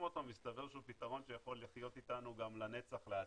אותו מסתבר שהוא פתרון שיכול לחיות איתנו גם לנצח לעתיד.